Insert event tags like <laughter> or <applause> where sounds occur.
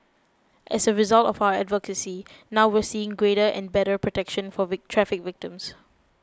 as a result of our advocacy now we're seeing greater and better protection for <unintelligible> traffic victims